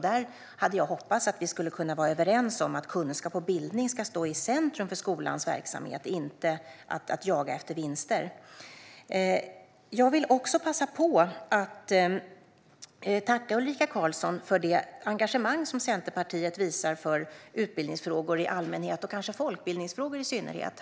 Där hade jag hoppats att vi skulle kunna vara överens om att kunskap och bildning ska stå i centrum för skolans verksamhet, inte att jaga efter vinster. Jag vill också passa på att tacka Ulrika Carlsson för det engagemang som Centerpartiet visar för utbildningsfrågor i allmänhet och kanske folkbildningsfrågor i synnerhet.